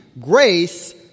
grace